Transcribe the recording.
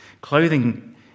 clothing